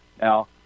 Now